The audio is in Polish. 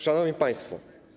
Szanowni Państwo!